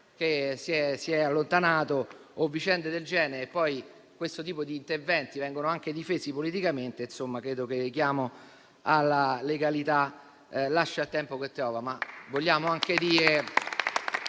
è si è allontanato o vicende del genere (questo tipo di interventi viene anche difeso politicamente). Insomma, credo che il richiamo alla legalità lasci il tempo che trova.